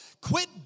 Quit